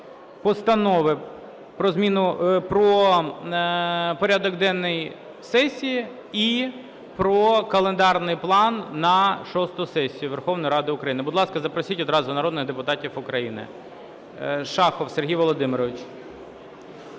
постанови про порядок денний сесії і про календарний план на шосту сесію Верховної Ради України. Будь ласка, запросіть одразу народних депутатів України. Шахов Сергій Володимирович.